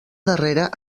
darrera